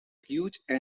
huge